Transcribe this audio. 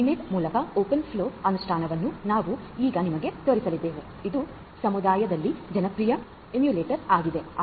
Mininet ಮೂಲಕ open flow ಅನುಷ್ಠಾನವನ್ನು ನಾವು ಈಗ ನಿಮಗೆ ತೋರಿಸಲಿದ್ದೇವೆ ಇದು ಸಮುದಾಯದಲ್ಲಿ ಜನಪ್ರಿಯ ಎಮ್ಯುಲೇಟರ್ ಆಗಿದೆ